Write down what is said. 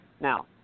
Now